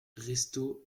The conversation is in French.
restaud